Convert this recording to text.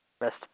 Rest